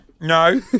No